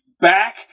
back